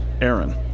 Aaron